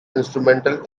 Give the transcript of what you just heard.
instrumental